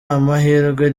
amahirwe